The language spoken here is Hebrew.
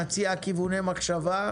נציע כיווני מחשבה,